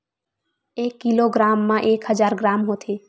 एक किलोग्राम मा एक हजार ग्राम होथे